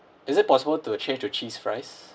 is it possible to change to cheese fries